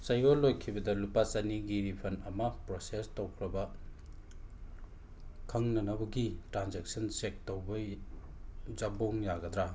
ꯆꯌꯣꯜ ꯂꯣꯏꯈꯤꯕꯗ ꯂꯨꯄꯥ ꯆꯅꯤꯒꯤ ꯔꯤꯐꯟ ꯑꯃ ꯄ꯭ꯔꯣꯁꯦꯁ ꯇꯧꯈ꯭ꯔꯕ꯭ꯔꯥ ꯈꯪꯅꯅꯕꯒꯤ ꯇ꯭ꯔꯥꯟꯖꯦꯛꯁꯟ ꯆꯦꯛ ꯇꯧꯕ ꯖꯕꯣꯡ ꯌꯥꯒꯗ꯭ꯔꯥ